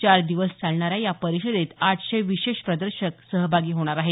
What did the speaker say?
चार दिवस चालणाऱ्या या परिषदेत आठशे विशेष प्रदर्शक सहभागी होणार आहेत